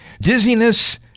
dizziness